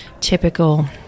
typical